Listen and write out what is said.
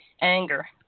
Anger